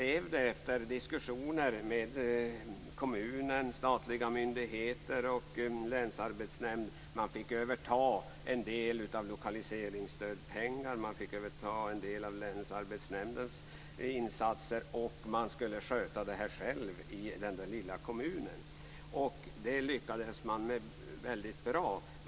Efter diskussioner med kommunen, statliga myndigheter och länsarbetsnämnd fick man överta en del av lokaliseringsstödspengarna och en del av länsarbetsnämndens insatser. Detta skulle man sköta själv i denna lilla kommun. Det lyckades man med väldigt bra.